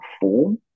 form